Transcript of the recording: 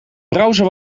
browser